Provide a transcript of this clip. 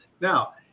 Now